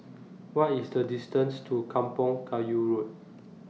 What IS The distance to Kampong Kayu Road